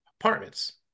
apartments